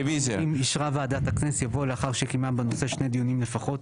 לאחר 'אם אישרה ועדת הכנסת' יבוא 'לאחר שקיימה בנושא שני דיונים לפחות'.